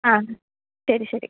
ആ ശരി ശരി